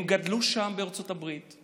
הם גדלו שם, בארצות הברית.